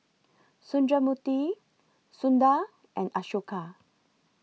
Sundramoorthy Sundar and Ashoka